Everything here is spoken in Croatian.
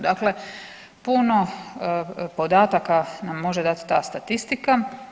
Dakle, puno podataka nam može dati ta statistika.